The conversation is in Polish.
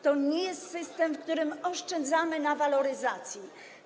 To nie jest system, w którym oszczędzamy na waloryzacji.